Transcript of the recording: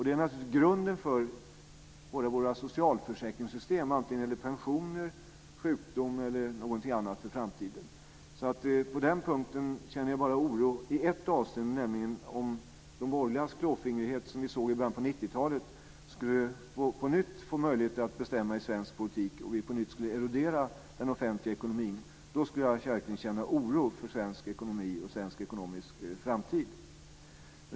Det är naturligtvis grunden för våra socialförsäkringssystem, vare sig det gäller pensioner, sjukdom eller något annat i framtiden. På den punkten känner jag bara oro i ett avseende, nämligen om de borgerligas klåfingrighet, som vi såg i början av 90-talet, på nytt skulle få möjlighet att bestämma i svensk politik och att vi på nytt skulle erodera den offentliga ekonomin. Då skulle jag verkligen känna oro för svensk ekonomi och svensk ekonomis framtid.